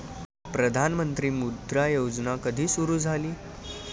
प्रधानमंत्री मुद्रा योजना कधी सुरू झाली?